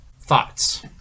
Thoughts